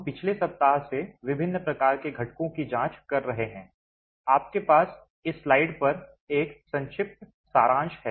हम पिछले सप्ताह से विभिन्न प्रकार के घटकों की जांच कर रहे हैं आपके पास इस स्लाइड पर एक संक्षिप्त सारांश है